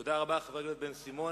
תודה רבה לחבר הכנסת בן-סימון.